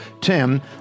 Tim